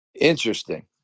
Interesting